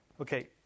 Okay